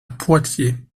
poitiers